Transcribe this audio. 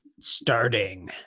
Starting